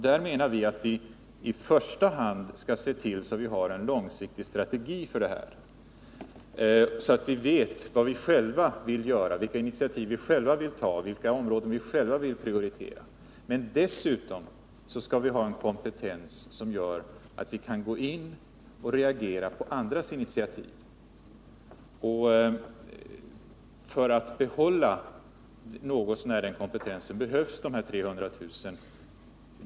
Där menar jag att vi i första hand skall se till att vi har en långsiktig strategi, så att vi vet vad vi själva vill göra, vilka initiativ vi själva vill ta och vilka områden vi själva vill prioritera. Dessutom: skall vi ha en kompetens som gör att vi kan gå in och reagera på andras initiativ. För att något så när behålla den kompetensen behövs dessa 300 000 kr.